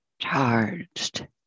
charged